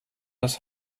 das